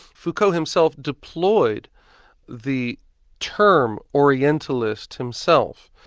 foucault himself deployed the term orientalist himself,